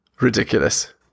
ridiculous